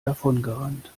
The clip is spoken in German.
davongerannt